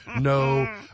no